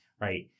right